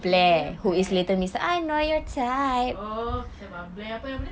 best friend dia blair oh sabar blair apa dia